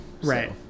Right